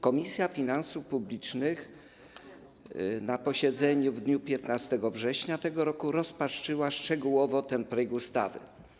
Komisja Finansów Publicznych na posiedzeniu w dniu 15 września tego roku rozpatrzyła szczegółowo ten projekt ustawy.